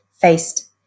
faced